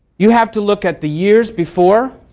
you have to look at the years before,